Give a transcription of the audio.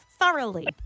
thoroughly